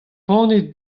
banne